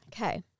Okay